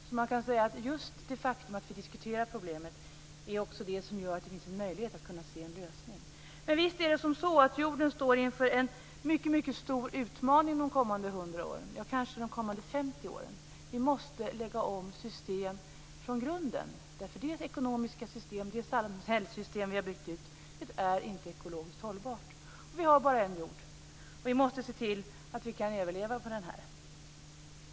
Så man kan säga att just det faktum att vi diskuterar problemet också är det som gör att det finns en möjlighet att kunna se en lösning. Men visst är det så att jorden står inför en mycket stor utmaning under de kommande hundra åren - ja, kanske de kommande 50 åren. Vi måste lägga om system från grunden, därför att de ekonomiska system och de samhällssystem vi har byggt ut är inte ekologiskt hållbara. Vi har bara en jord, och vi måste se till att vi kan överleva på den.